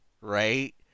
right